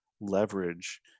leverage